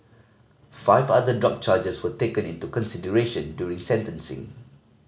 five other drug charges were taken into consideration during sentencing